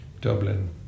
Dublin